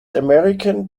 american